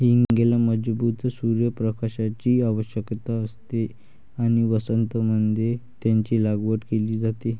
हींगेला मजबूत सूर्य प्रकाशाची आवश्यकता असते आणि वसंत मध्ये याची लागवड केली जाते